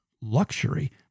luxury